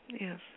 Yes